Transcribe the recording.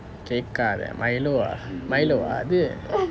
கேட்காதே:kaetkaathae milo ah milo அது:athu